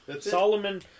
Solomon